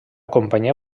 companyia